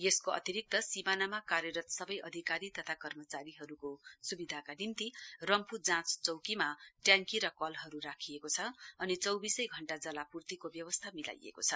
यसको अतिरिक्त सीमानामा कार्यरत सबै अधिकारी तथा कर्मचारीहरूको सुविधाका निम्ति रम्फू जाँच चौकीमा ट्याङ्की र कलहरू राखिएको छ अनि चौविसै घण्टा जलापुर्तिको व्यवस्था मिलाइएको छ